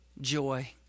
joy